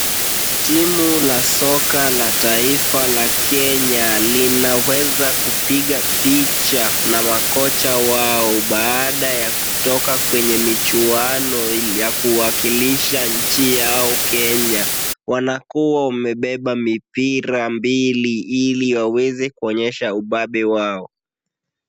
Timu la soka la taifa la Kenya linaweza kupiga picha na makocha wao baada ya kutoka kwenye michuano ya kuwakilisha nchi yao Kenya. Wanakuwa umebeba mipira mbili, ili waweze kuonyesha ubabe wao.